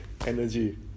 energy